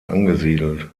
angesiedelt